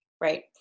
right